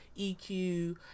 EQ